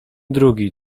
drugi